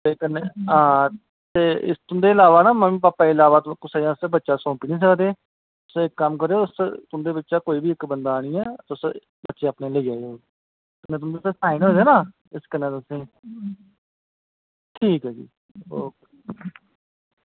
ते कन्नैं हां ते तुंदे इलावा मम्मी भापा दे इलावा कुसै गी बच्चा सौंपी नी सकदे तुस इक कम्म करेओ तुंदे बिच्चा दा इक बंदा आह्नियै तुस बच्चे अपनें गी लेई जायो तुंदे इध्दर साईन होए दे ना इस गल्ला तुसेंगी ठीक ऐ जी ओ के